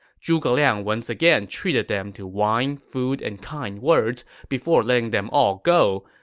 zhuge liang once again treated them to wine, food, and kind words before letting them all go,